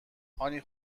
هانی